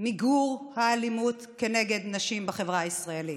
מיגור האלימות נגד נשים בחברה הישראלית.